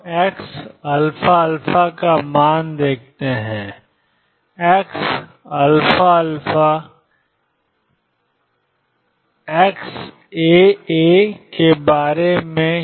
तो xαα के बारे में क्या